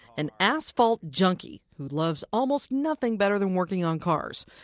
an asphalt junkie who loves almost nothing better than working on cars.